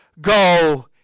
Go